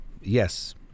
yes